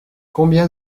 combien